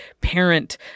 parent